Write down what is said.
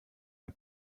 ein